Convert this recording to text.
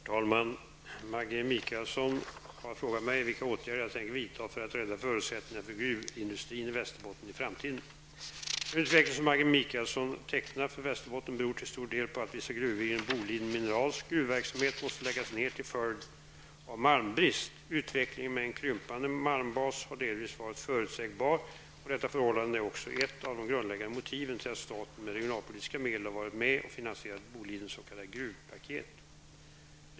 Herr talman! Maggi Mikaelsson har frågat mig vilka åtgärder jag tänker vidta för att rädda förutsättningarna för gruvindustrin i Västerbotten i framtiden. Den utveckling som Maggi Mikaelsson tecknar för Västerbotten beror till stor del på att vissa gruvor inom Boliden Minerals gruvverksamhet måste läggas ned till följd av malmbrist. Utvecklingen med en krympande malmbas har delvis varit förutsägbar, och detta förhållande är också ett av de grundläggande motiven till att staten med regionalpolitiska medel har varit med och finansierat Bolidens s.k. gruvpaket.